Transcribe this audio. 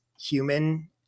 human